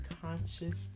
conscious